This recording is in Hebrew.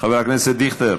חבר הכנסת דיכטר,